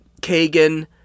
Kagan